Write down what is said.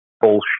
bullshit